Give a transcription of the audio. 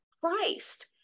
christ